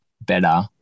better